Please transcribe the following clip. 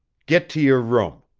get to your room!